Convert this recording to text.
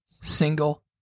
single